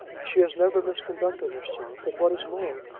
she has never misconducted herself and what is more,